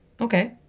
Okay